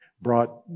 Brought